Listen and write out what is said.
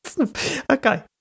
Okay